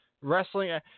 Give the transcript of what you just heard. wrestling